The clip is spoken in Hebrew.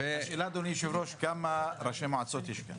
השאלה אדוני היו"ר כמה ראשי מועצות יש כאן.